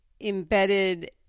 embedded